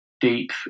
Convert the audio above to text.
deep